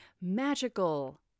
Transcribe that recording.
magical